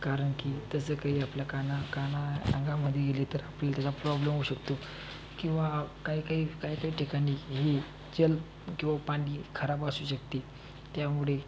कारण की तसं काही आपल्या काना काना अंगामध्ये गेले तर आपल्याला त्याचा प्रॉब्लेम होऊ शकतो किंवा काही काही काही काही ठिकाणी किंवा पाणी खराब असू शकते त्यामुळे